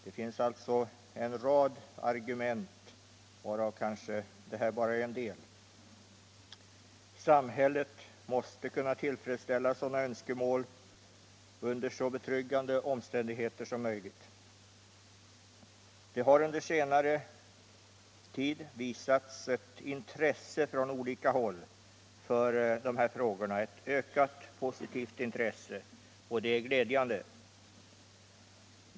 Man kan här anföra en hel rad argument, av vilka de som jag här har nämnt bara är en del. Samhället måste kunna tillfredsställa sådana önskemål under så betryggande omständigheter som möjligt. Det har under senare tid och från olika håll visats ett ökat, positivt intresse för dessa frågor, och det är ju glädjande.